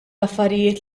affarijiet